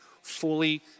fully